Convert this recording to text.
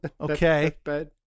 Okay